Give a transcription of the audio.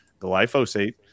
Glyphosate